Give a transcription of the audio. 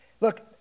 Look